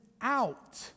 out